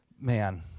man